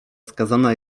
skazana